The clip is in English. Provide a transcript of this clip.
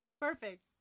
Perfect